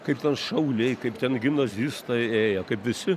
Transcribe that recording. kaip ten šauliai kaip ten gimnazistai ėjo kaip visi